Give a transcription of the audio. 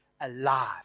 alive